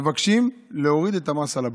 אנחנו מבקשים להוריד את המס על הבלו.